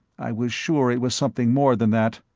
i was sure it was something more than that.